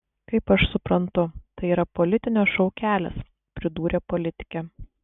kaip aš suprantu tai yra politinio šou kelias pridūrė politikė